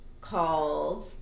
called